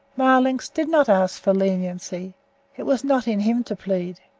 marlanx did not ask for leniency it was not in him to plead.